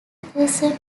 person